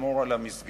לשמור על מסגרת